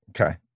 Okay